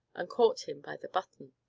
and caught him by the button.